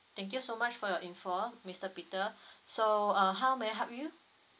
thank you so much for your info mister peter so uh how may I help you